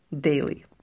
daily